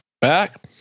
back